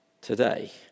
Today